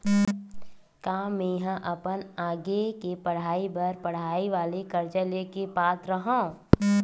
का मेंहा अपन आगे के पढई बर पढई वाले कर्जा ले के पात्र हव?